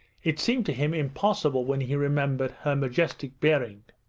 it seemed to him impossible when he remembered her majestic bearing.